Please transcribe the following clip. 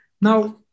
Now